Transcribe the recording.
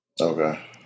Okay